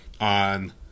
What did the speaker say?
on